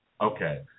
Okay